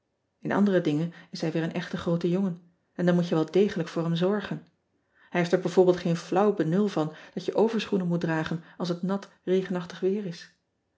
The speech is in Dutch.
n andere dingen is hij weer een echte groote jongen en dan moet je wel degelijk voor hem zorgen ij heeft er b v geen flauw benul van dat je overschoenen moet dragen als het nat regenachtig weer is